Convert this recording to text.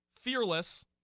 Fearless